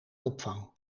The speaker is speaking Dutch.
opvang